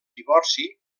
divorci